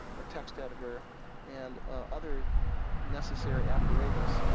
a text-editor, and ah, other necessary apparatus.